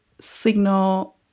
Signal